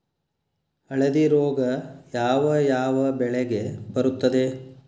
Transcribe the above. ಹಳದಿ ರೋಗ ಯಾವ ಯಾವ ಬೆಳೆಗೆ ಬರುತ್ತದೆ?